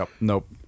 Nope